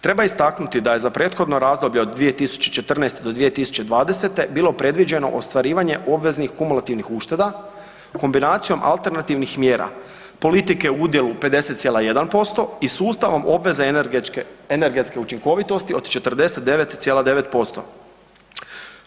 Treba istaknuti da je za prethodno razdoblje od 2014. do 2020. bilo predviđeno ostvarivanje obveznih kumulativnih ušteda kombinacijom alternativnih mjera, politike u udjelu 50,1% i sustavom obveze energetske učinkovitosti od 49,9%